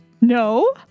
no